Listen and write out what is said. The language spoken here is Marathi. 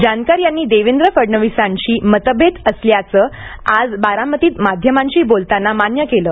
जानकर यांनी देवेंद्र फडणवीसांशी मतभेद असल्याचं आज बारामतीत माध्यमांशी बोलताना मान्य केलं